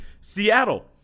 Seattle